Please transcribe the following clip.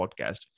podcast